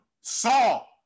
saul